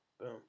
Boom